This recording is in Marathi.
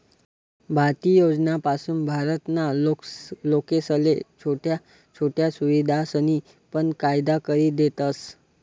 भारतीय योजनासपासून भारत ना लोकेसले छोट्या छोट्या सुविधासनी पण फायदा करि देतस